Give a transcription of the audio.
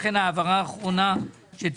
לכן זו ההעברה האחרונה להיום.